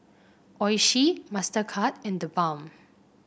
Oishi Mastercard and TheBalm